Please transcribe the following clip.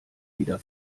wieder